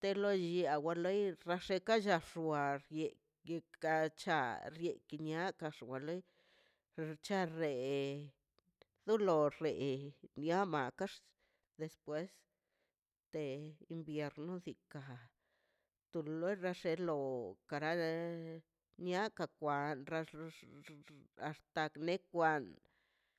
te lo llila wa loi eashe kalla xua yee yeeka cha rrieki nia xwalei xcha rei dolo ree biama kex despues te invierno sii ka to lue gaxe lo kara niaka kwan rraxr axta niekwan